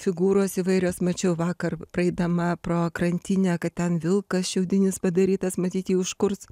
figūros įvairios mačiau vakar praeidama pro krantinę kad ten vilkas šiaudinis padarytas matyt jį užkurs